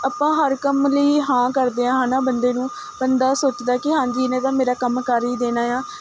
ਆਪਾਂ ਹਰ ਕੰਮ ਲਈ ਹਾਂ ਕਰਦੇ ਹਾਂ ਹੈ ਨਾ ਬੰਦੇ ਨੂੰ ਬੰਦਾ ਸੋਚਦਾ ਕਿ ਹਾਂਜੀ ਇਹਨੇ ਤਾਂ ਮੇਰਾ ਕੰਮ ਕਰ ਹੀ ਦੇਣਾ ਆ